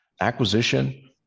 Acquisition